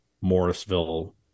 Morrisville